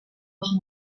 els